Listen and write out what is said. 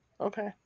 Okay